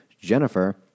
Jennifer